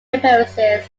appearances